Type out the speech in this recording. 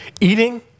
eating